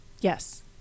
Yes